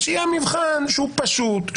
תדאג שיהיה מבחן פשוט,